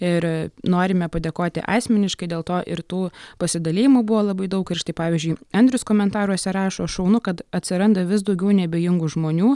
ir norime padėkoti asmeniškai dėl to ir tų pasidalijimų buvo labai daug ir štai pavyzdžiui andrius komentaruose rašo šaunu kad atsiranda vis daugiau neabejingų žmonių